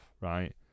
right